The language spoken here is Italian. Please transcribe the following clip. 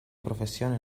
professione